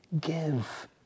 give